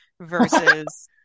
versus